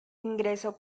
ingresó